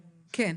כן.